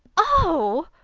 oh!